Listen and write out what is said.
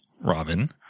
Robin